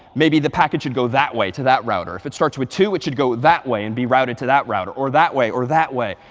maybe the packet should go that way to that router. if it starts with two, it should go that way and be routed to that router, or that way, or that way.